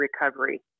recovery